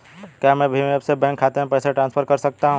क्या मैं भीम ऐप से बैंक खाते में पैसे ट्रांसफर कर सकता हूँ?